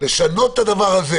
לשנות את הדבר הזה.